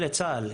בדומה לצה"ל.